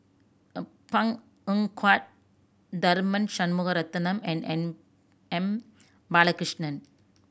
Png Eng Huat Tharman Shanmugaratnam and M M Balakrishnan